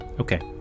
okay